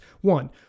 One